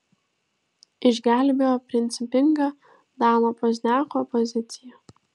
išgelbėjo principinga dano pozniako pozicija